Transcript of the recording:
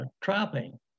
trapping